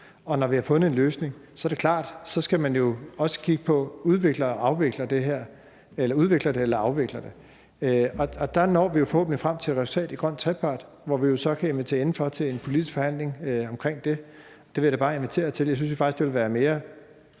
Og når vi har fundet en løsning, er det klart, at man jo så også skal kigge på: Udvikler det eller afvikler det? Og der når vi forhåbentlig frem til et resultat i den grønne trepart, hvor vi jo så kan invitere indenfor til en politisk forhandling om det. Det vil jeg da bare invitere til. Jeg synes faktisk, det vil være mere